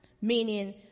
meaning